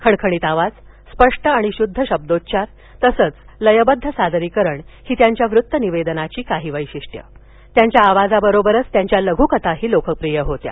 खणखणीत आवाज स्पष्ट आणि शुद्ध शब्दोच्चार तसच लयबद्ध सादरीकरण ही त्यांच्या वृत्त निवेदनाची काही वश्विष्ट्य त्यांच्या आवाजाबरोबरच त्यांच्या लघूकथाही लोकप्रिय होत्या